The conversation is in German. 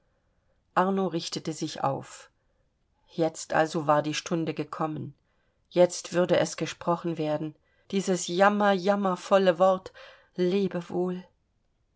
arno richtete sich auf jetzt also war die stunde gekommen jetzt würde es gesprochen werden dieses jammer jammervolle wort